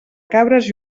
cabres